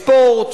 ספורט,